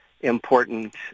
important